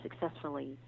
successfully